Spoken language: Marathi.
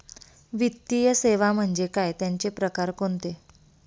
वित्तीय सेवा म्हणजे काय? त्यांचे प्रकार कोणते?